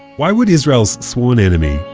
why would israel's sworn enemy,